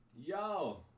yo